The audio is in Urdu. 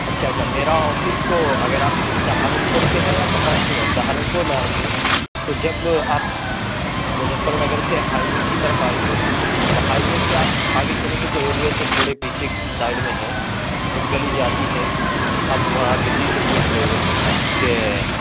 اچھا اچھا میرا آفس تو اگر آپ سہارنپور سے ہیں یا کہاں سے ہے سہارنپور میں آئیں گے تو جب آپ مظفرنگر سے ہائیوے کی طرف آئیں گے تو ہائیوے سے آپ آگے چلیں گے تو ریلوے سے تھوڑے پیچھے کی سائڈ میں ہے ایک گلی جاتی ہے آپ وہاں کسی سے پوچھ لیں گے کہ